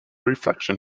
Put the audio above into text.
reflection